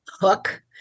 hook